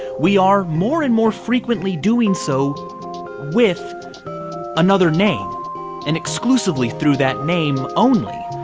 we are more and more frequently doing so with another name and exclusively through that name only.